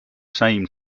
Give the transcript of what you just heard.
same